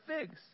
figs